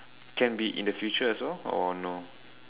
can be in the future as well or no